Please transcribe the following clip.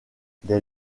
des